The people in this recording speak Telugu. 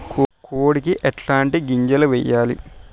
కోడికి ఎట్లాంటి గింజలు వేయాలి?